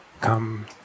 come